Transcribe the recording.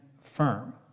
firm